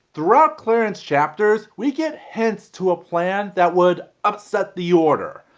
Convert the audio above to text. throughout klaren's chapters we get hints to a plan that would upset the order.